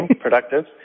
Productive